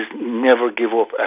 never-give-up